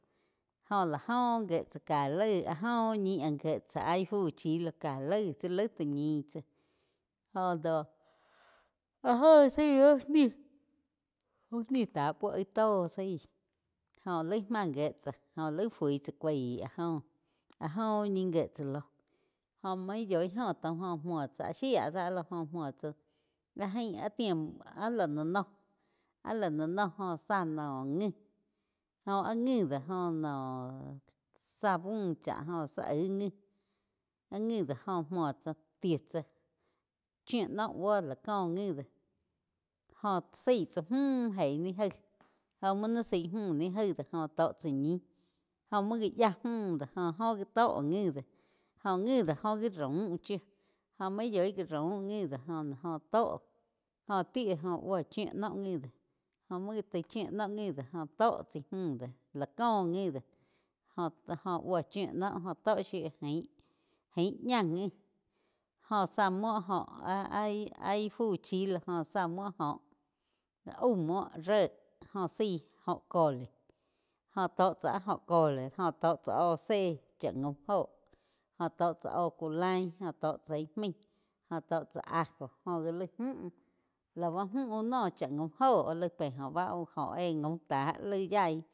Jó lá oh gié tsáh ká laih áh óh uh ñih áh gie tsá áh ih fu chi lo ká laig tsi laih tá ñin tsáh jóh noh áh jo zaí uh nih tá púo aig tó zaí joh laig máh gíe tsáh jóh laí fui tsá kuaí áh joh. Áh joh úh ñi gíe tsá loh óh maín yói óh taum gó múo tsá áh shía dá áh lo jóh múo tsáh áh jain áh tiempo áh la, la noh áh la la no jho zá noh ngúi óh áh ngui do joh noh záh búh chá zá aig ngih áh ngih do joh muo tsá ti tzá chiu noh búo la cóh nguih do. Jóh zaí tsá múh eig ni gaíg óh muo ni zaí múh ni gaih doh óh tó chá ñih óh muo gá yá múh do goh óh gi tóh ngi doh óh ngi do joh gi raum chiu jóh main yoi já rain ngui do jo ná óh tóh. Óh ti oh búo chiu noh ngui doh joh múo gá tai chiu noh ngui doh joh tó chaí múh doh lá cóh ngui do joh nuo chiu noh jóh tó shiu jaín, jaín ñá ngui jóh zá muo joh áh ih. Áh ih fu chi lo jóh zá múo óh aú muo ré joh zaí óho cole jo tó cha áh óh cole, óh tóh tsá oh zé chá gaum óho jo tó chá óh ku lain óh tó chá íh maíh óh tó chá ajo joh gá laí mju laú mju úh noh chá gaum óho laig pe óh ba éh gaum tá laig yaí.